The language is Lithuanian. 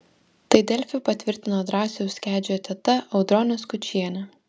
tai delfi patvirtino drąsiaus kedžio teta audronė skučienė